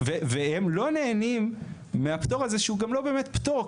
והם לא נהנים מהפטור הזה שהוא גם לא באמת פטור,